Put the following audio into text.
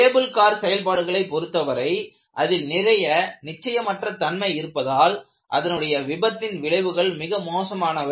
cable car செயல்பாடுகளை பொருத்தவரை அதில் நிறைய நிச்சயமற்ற தன்மை இருப்பதால் அதனுடைய விபத்தின் விளைவுகள் மிக மோசமானவை